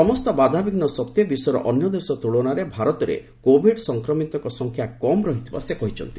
ସମସ୍ତ ବାଧାବିଘୁ ସତ୍ତ୍ୱେ ବିଶ୍ୱର ଅନ୍ୟ ଦେଶ ତୁଳନାରେ ଭାରତରେ କୋଭିଡ୍ ସଂକ୍ରମିତଙ୍କ ସଂଖ୍ୟା କମ୍ ରହିଥିବା ସେ କହିଛନ୍ତି